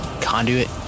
conduit